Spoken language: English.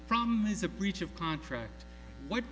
problem is a breach of contract what